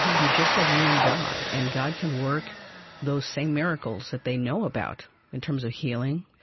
you just have you and god. and god can work those same miracles that they know about in terms of healing,